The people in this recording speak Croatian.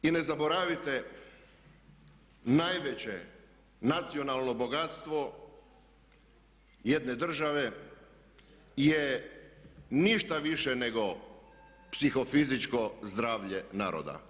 I ne zaboravite, najveće nacionalno bogatstvo jedne države je ništa više nego psihofizičko zdravlje naroda.